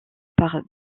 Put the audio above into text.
par